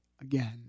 again